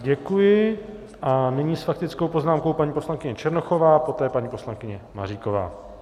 Děkuji a nyní s faktickou poznámkou paní poslankyně Černochová, poté paní poslankyně Maříková.